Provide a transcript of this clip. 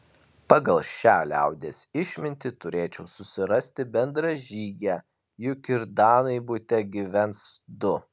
pagal šią liaudies išmintį turėčiau susirasti bendražygę juk ir danai bute gyvens du